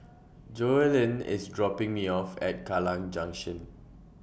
Joellen IS dropping Me off At Kallang Junction